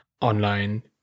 online